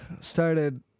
started